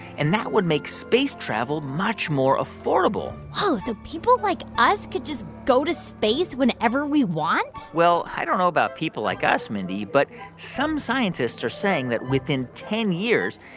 and that would make space travel much more affordable whoa. so people like us could just go to space whenever we want? well, i don't know about people like us, mindy. but some scientists are saying that within ten years,